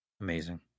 Amazing